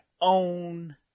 own